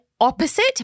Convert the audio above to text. opposite